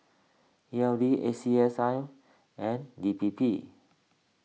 E L D A C S I and D P P